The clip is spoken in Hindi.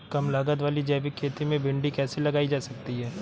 कम लागत वाली जैविक खेती में भिंडी कैसे लगाई जा सकती है?